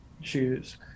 shoes